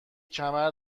کمر